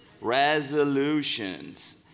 resolutions